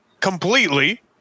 completely